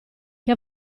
che